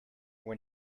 when